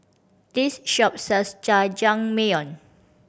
this shop sells Jajangmyeon